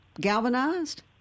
Galvanized